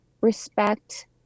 respect